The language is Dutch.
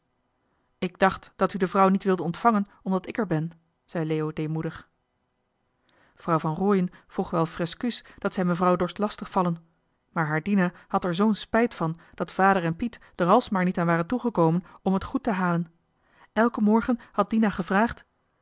ik dacht dat u de vrouw niet wilde ontvangen omdat ik er ben zei leo deemoedig vrouw van rooien vroeg wel freskuus dat zij mevrouw dorst lastig vallen maar haar dina had er zoo'n spijt van dat vader en piet d'er alsmaar niet aan johan de meester de zonde in het deftige dorp waren toegekomen om het goed te halen elken morgen had dina gevraagd